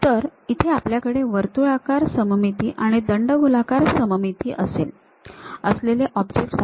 तर इथे आपल्याकडे वर्तुळाकार सममिती आणि दंडगोलाकार सममिती असलेले ऑब्जेक्टस आहेत